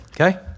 okay